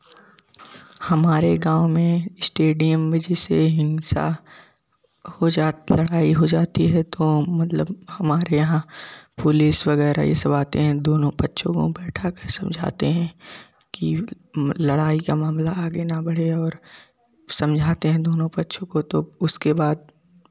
हमारे गाँव में स्टेडियम में जैसे हिंसा हो जात लड़ाई हो जाती है तो मतलब हमारे यहाँ पुलिस वगैराह यह सब आते हैं दोनों पक्षों को बैठा कर समझाते हैं कि लड़ाई का मामला आगे ना बढे़ और समझाते हैं दोनों पक्षों को तो उसके बाद